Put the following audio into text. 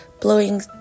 blowing